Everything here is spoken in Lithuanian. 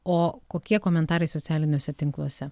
o kokie komentarai socialiniuose tinkluose